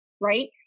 right